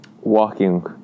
walking